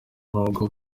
n’ubwo